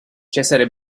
cesare